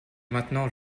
maintenant